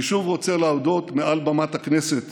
אני שוב רוצה להודות מעל במת הכנסת